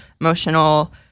emotional